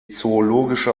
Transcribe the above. zoologische